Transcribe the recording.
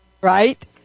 right